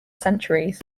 centuries